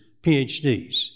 PhDs